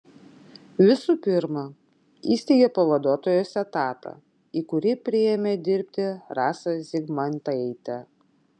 visų pirma įsteigė pavaduotojos etatą į kurį priėmė dirbti rasą zygmantaitę